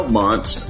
months